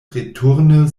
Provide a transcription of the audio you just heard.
returne